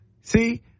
see